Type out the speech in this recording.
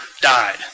died